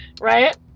right